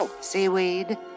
Seaweed